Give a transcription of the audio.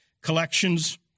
collections